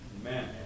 Amen